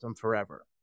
forever